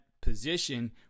position